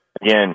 again